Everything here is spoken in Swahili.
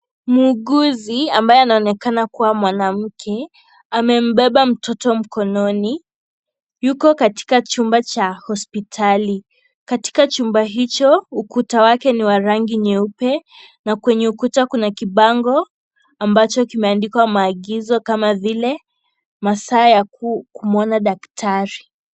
Muuguzi ambaye anaonekana kuwa mwanamke, amembeba mtoto mkononi. Yuko katika chumba cha hosipitali. Katika chumba hicho, ukuta wake ni wa rangi nyeupe. Na kwenye ukuta, Kuna kibango ambacho kimeandikwa maigizo kama vile, masaa ya ku, kumwona daktari.